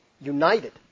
united